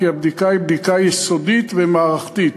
כי הבדיקה היא בדיקה יסודית ומערכתית.